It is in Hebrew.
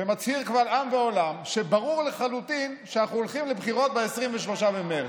ומצהיר קבל עם ועולם שברור לחלוטין שאנחנו הולכים לבחירות ב-23 במרץ.